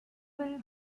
will